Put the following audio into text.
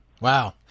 Wow